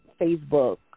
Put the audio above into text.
Facebook